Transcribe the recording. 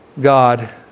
God